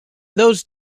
those